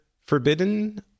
forbidden